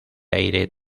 aire